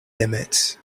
limits